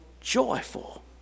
joyful